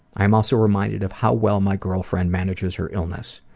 i'm also reminded of how well my girlfriend manages her illness.